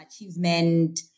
achievement